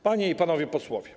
Panie i Panowie Posłowie!